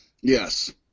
Yes